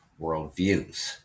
worldviews